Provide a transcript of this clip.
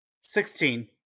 Sixteen